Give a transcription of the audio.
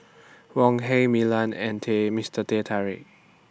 Wok Hey Milan and Mister Teh Tarik